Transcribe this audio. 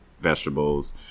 vegetables